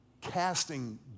casting